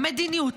מדיניות,